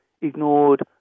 ignored